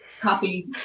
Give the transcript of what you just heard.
copy